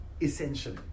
essentially